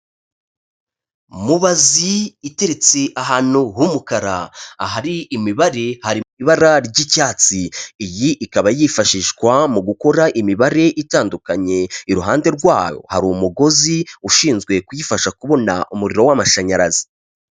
Mubazi iteretse ahantu h'umukara, ahari imibare hari ibara ry'icyatsi, iyi ikaba yifashishwa mu gukora imibare itandukanye, iruhande rwayo hari umugozi ushinzwe kuyifasha kubona umuriro w'amashanyarazi.